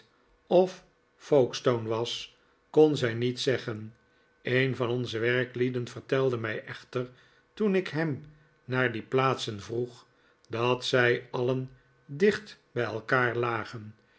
of folkestone was kon zij niet zeggen een van onze werklieden vertelde mij echter toen ik hem naar die plaatsen vroeg dat zij alien dicht bij elkaar lagen